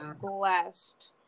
blessed